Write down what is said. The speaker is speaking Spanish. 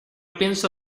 pienso